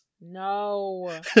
No